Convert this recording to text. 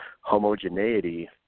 homogeneity